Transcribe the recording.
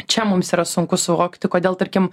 čia mums yra sunku suvokti kodėl tarkim